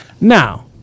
Now